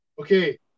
Okay